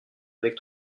avec